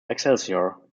excelsior